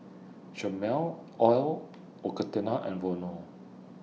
Chomel L'Occitane and Vono